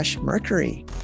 mercury